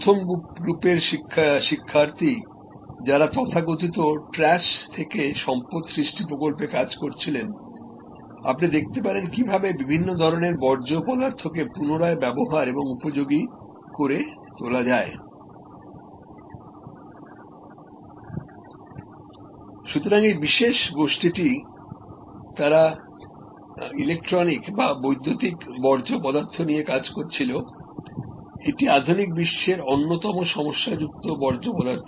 প্রথম গ্রুপের শিক্ষার্থী যারাতথাকথিত ট্র্যাশ থেকে সম্পদ সৃষ্ঠি প্রকল্পে কাজ করছিলেন আপনি দেখতে পাবেনকীভাবে বিভিন্ন ধরণের বর্জ্য পদার্থকে পুনরায় ব্যবহার এবং উপযোগী করে তোলা যায় সুতরাং এই বিশেষ গোষ্ঠীটি তারা ইলেকট্রনিকবা বৈদ্যুতিক বর্জ্য পদার্থ নিয়ে কাজ করেছিল এটি আধুনিক বিশ্বের অন্যতম সমস্যাযুক্ত বর্জ্য পদার্থ